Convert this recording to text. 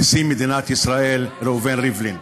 נשיא מדינת ישראל ראובן ריבלין.